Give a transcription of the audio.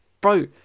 bro